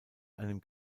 einem